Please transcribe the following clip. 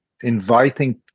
inviting